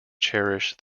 cherish